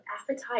appetite